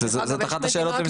זאת אחת השאלות למשרד החינוך.